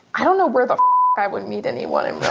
i don't know where the i would meet anyone in